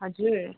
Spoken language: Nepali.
हजुर